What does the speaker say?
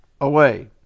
away